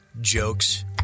jokes